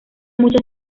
muchas